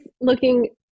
looking